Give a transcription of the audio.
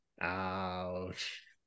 ouch